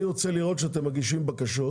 אני רוצה לראות שאתם מגישים בקשות